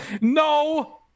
no